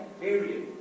period